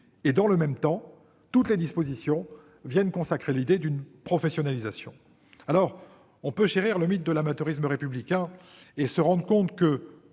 dans le même temps, toutes les dispositions viennent consacrer l'idée d'une professionnalisation. On peut chérir le mythe de l'amateurisme républicain et se rendre compte qu'il